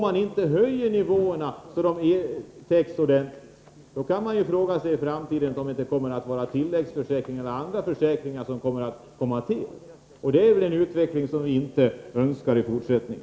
Höjs inte nivåerna tillräckligt, kan man fråga sig om inte tilläggsförsäkringar och andra försäkringar måste komma till. Det är en utveckling som vi inte önskar i fortsättningen.